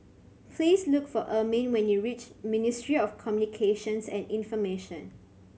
please look for Ermine when you reach Ministry of Communications and Information